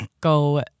go